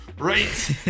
Right